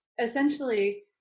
essentially